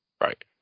Right